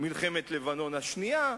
"מלחמת לבנון השנייה",